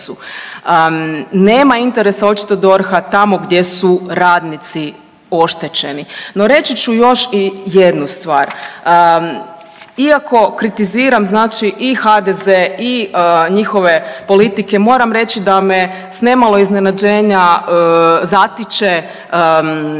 Nema interesa, očito DORH-a tamo gdje su radnici oštećeni, no reći ću još i jednu stvar, iako kritiziram znači i HDZ i njihove politike, moram reći da me s nemalo iznenađenja zatiče reakcija